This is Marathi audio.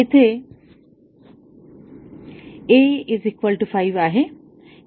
येथे a5 आहे